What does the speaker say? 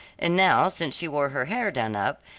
and now since she wore her hair done up,